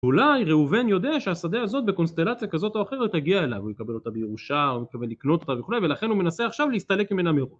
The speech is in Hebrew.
אולי ראובן יודע שהשדה הזאת בקונסטלציה כזאת או אחרת הגיעה אליו, הוא יקבל אותה בירושה, הוא יקבל לקנות אותה וכו', ולכן הוא מנסה עכשיו להסתלק עם אינם יוכלו.